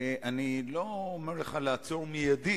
אני לא אומר לך לעצור מייד,